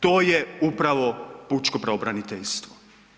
To je upravo pučko pravobraniteljstvo.